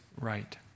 right